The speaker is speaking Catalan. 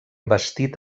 bastit